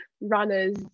runners